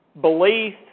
belief